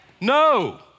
no